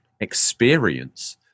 experience